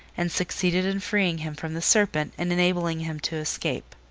and succeeded in freeing him from the serpent and enabling him to escape.